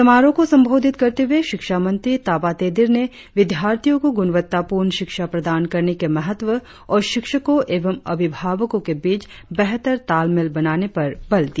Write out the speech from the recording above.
समारोह को संबोधित करते हुए शिक्षा मंत्री ताबा तेदिर ने विद्यार्थियो को गुणवत्तापूर्ण शिक्षा प्रदान करने के महत्व और शिक्षको एवं अभिभावको के बीच बेहतर तालमेल बनाने पर बल दिया